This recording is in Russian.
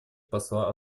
посла